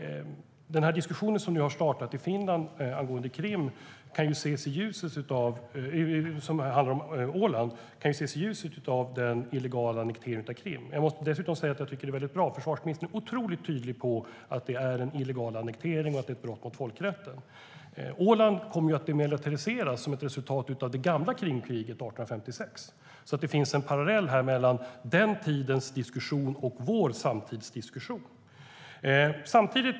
Den diskussion som nu har startat i Finland angående Åland kan ses i ljuset av den illegala annekteringen av Krim. Jag måste dessutom säga att jag tycker att det är bra att försvarsministern är otroligt tydlig med att det är en illegal annektering och ett brott mot folkrätten. Åland kom att demilitariseras som ett resultat av det gamla Krimkriget 1856. Det finns en parallell mellan den tidens diskussion och vår samtidsdiskussion.